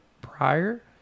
prior